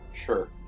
Sure